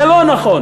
זה לא נכון.